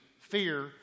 fear